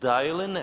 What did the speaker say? Da ili ne?